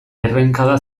errenkada